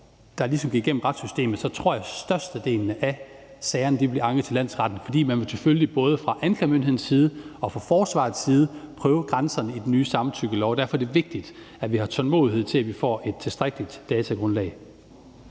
der ligesom gik igennem retssystemet, tror jeg, at størstedelen af sagerne bliver anket til landsretten, fordi man selvfølgelig både fra anklagemyndighedens side og fra forsvarets side vil prøve grænserne i den nye samtykkelov, og derfor er det vigtigt, at vi har tålmodighed til, at vi får et tilstrækkeligt datagrundlag.